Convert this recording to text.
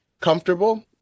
comfortable